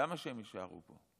למה שהם יישארו פה?